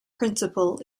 principal